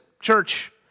church